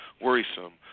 Worrisome